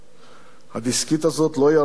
הדסקית הזאת לא ירדה מצווארו